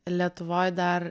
lietuvoj dar